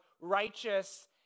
righteous